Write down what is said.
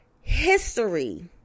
history